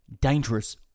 dangerous